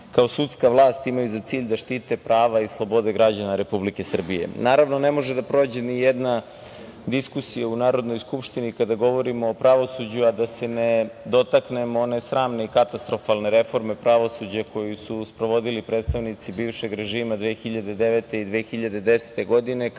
kao sudska vlast imaju za cilj da štite prava i slobode građana Republike Srbije. Naravno, ne može da prođe ni jedna diskusija u Narodnoj skupštini, kada govorimo o pravosuđu, a da se ne dotaknemo one sramne i katastrofalne reforme pravosuđa koju su sprovodili predstavnici bivšeg režima 2009. i 2010. godine,